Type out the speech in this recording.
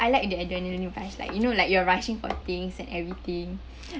I like the adrenaline rush like you know like you're rushing for things and everything